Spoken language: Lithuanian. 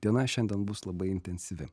diena šiandien bus labai intensyvi